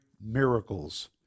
Miracles